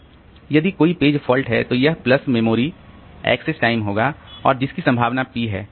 इसलिए यदि कोई पेज फॉल्ट है तो वह प्लस मेमोरी एक्सेस टाइम होगा और जिसकी संभावना p है